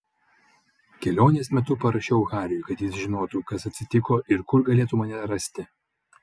kelionės metu parašiau hariui kad jis žinotų kas atsitiko ir kur galėtų mane rasti